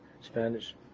Spanish